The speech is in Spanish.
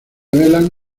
velas